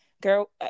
Girl